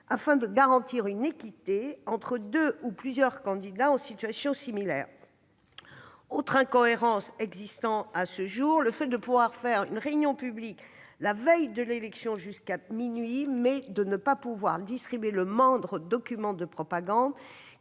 afin de garantir une équité entre deux ou plusieurs candidats en situation similaire. Une autre incohérence existe à ce jour. Il est possible de faire une réunion publique la veille de l'élection jusqu'à minuit, mais pas de distribuer le moindre document de propagande